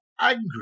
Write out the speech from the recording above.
Angry